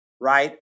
right